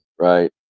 right